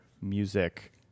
music